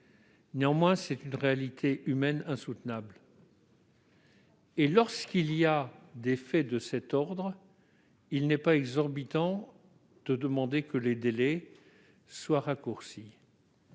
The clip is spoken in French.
Néanmoins, c'est une réalité humaine insoutenable et, lorsque se produisent des faits de cet ordre, il n'est pas exorbitant de demander que les délais soient raccourcis.